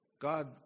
God